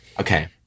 Okay